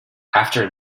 after